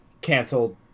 canceled